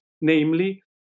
namely